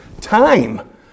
Time